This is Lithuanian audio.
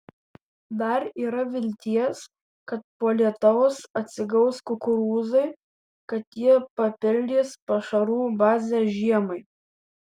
dar yra vilties kad po lietaus atsigaus kukurūzai kad jie papildys pašarų bazę žiemai